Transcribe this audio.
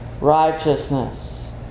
righteousness